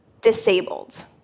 disabled